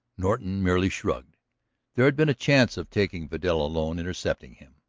norton merely shrugged there had been a chance of taking vidal alone, intercepting him.